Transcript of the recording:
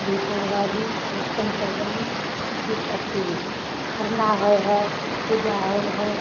दीपावली चौरचन पबनी जि अथी खरना होइ हइ पूजा होइ हइ